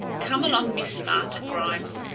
come along, miss martha grimes.